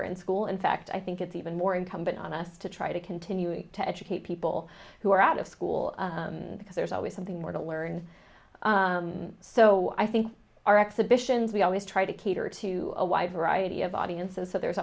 are in school in fact i think it's even more incumbent on us to try to continue to educate people who are out of school because there's always something more to learn so i think our exhibitions we always try to cater to a wide variety of audiences so there's